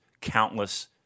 countless